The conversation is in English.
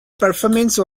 performance